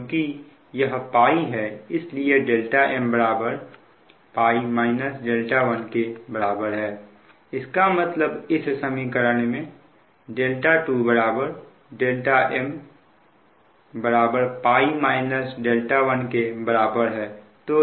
क्योंकि यह है इसलिए m 1 के बराबर है इसका मतलब इस समीकरण में 2 m 1 के बराबर है